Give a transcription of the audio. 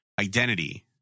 identity